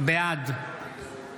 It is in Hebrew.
בעד